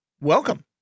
Welcome